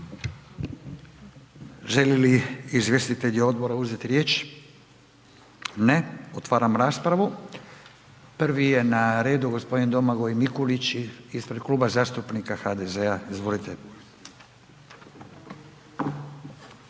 Žele li izvjestitelji odbora uzeti riječ? Ne. Otvaram raspravu. Prvi je na redu gospodin Domagoj Mikulić ispred Kluba zastupnika HDZ-a, izvolite.